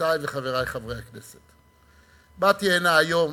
חברותי וחברי חברי הכנסת, באתי הנה היום